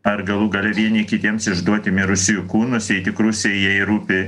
ar galų gale vieni kitiems išduoti mirusiųjų kūnus jei tik rusijai jai rūpi